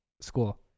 school